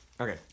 Okay